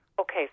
Okay